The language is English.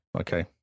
okay